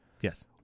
Yes